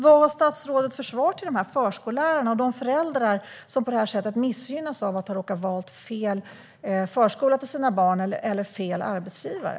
Vad har statsrådet för svar till de förskollärare och de föräldrar som på det här sättet missgynnas av att ha råkat välja "fel" förskola för sina barn eller "fel" arbetsgivare?